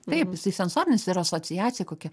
taip jisai sensorinis ir asociacija kokia